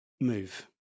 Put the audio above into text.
move